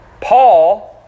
Paul